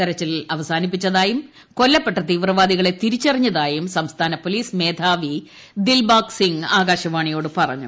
തിരച്ചിൽ അവസാനിപ്പിച്ചതായും കൊല്ലപ്പെട്ട തീവ്രവാദികളെ തിരിച്ചറിഞ്ഞതായും സംസ്ഥാന പോലീസ് മേധാവി ദിൽബാഗ് സിംഗ് ആകാശവാണിയോട് പറഞ്ഞു